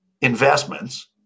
investments